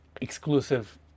exclusive